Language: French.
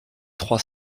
trois